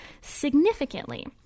Significantly